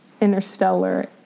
Interstellar